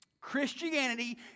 Christianity